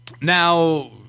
Now